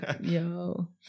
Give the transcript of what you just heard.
yo